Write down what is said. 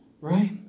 right